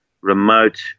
remote